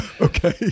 Okay